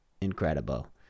Incredible